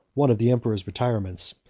one of the emperor's retirements,